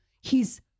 he's-